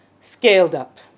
scaled-up